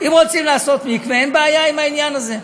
אם רוצים לעשות מקווה, אין בעיה עם העניין הזה.